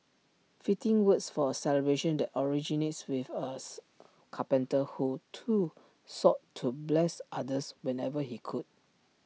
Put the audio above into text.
fitting words for A celebration that originates with A carpenter who too sought to bless others whenever he could